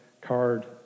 card